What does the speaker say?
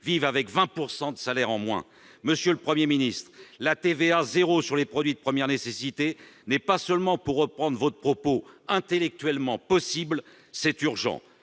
vivent avec 20 % de salaire en moins ! Monsieur le Premier ministre, fixer à 0 % le taux de la TVA sur les produits de première nécessité n'est pas seulement, pour reprendre votre propos, intellectuellement possible ; c'est urgent